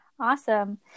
Awesome